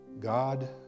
God